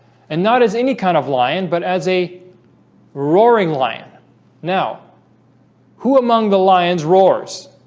and not as any kind of lion, but as a roaring lion now who among the lions roars?